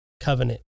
covenant